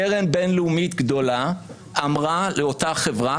קרן בין-לאומית גדולה אמרה לאותה חברה